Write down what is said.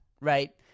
right